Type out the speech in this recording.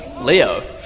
Leo